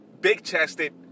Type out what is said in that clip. big-chested